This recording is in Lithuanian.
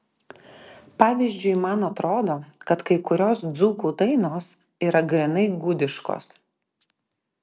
pavyzdžiui man atrodo kad kai kurios dzūkų dainos yra grynai gudiškos